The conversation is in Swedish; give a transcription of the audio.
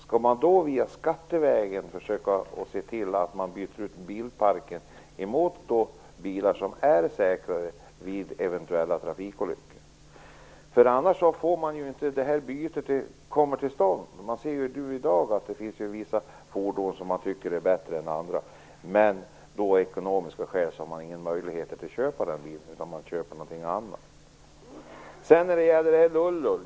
Skall man då skattevägen försöka se till att bilparken byts ut mot bilar som är säkrare vid eventuella trafikolyckor? Annars kommer ju inte något sådant till stånd. Redan i dag finns det vissa fordon som Vägverket tycker är bättre än andra, men av ekonomiska skäl har man kanske ingen möjlighet att köpa den bilen utan man köper en annan.